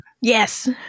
Yes